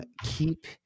keep